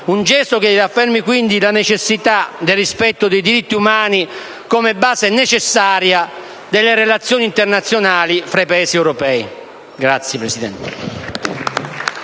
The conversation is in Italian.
un gesto che affermi la necessità del rispetto dei diritti umani come base necessaria delle relazioni internazionali fra i Paesi europei. *(Applausi